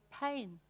pain